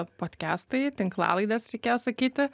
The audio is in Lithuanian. podkestai tinklalaidės reikėjo sakyti